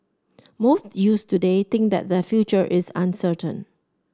most youths today think that their future is uncertain